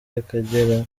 y’akagera